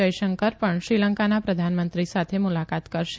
યશંકર ણ શ્રીલંકાના પ્રધાનમંત્રી સાથે મુલાકાત કરશે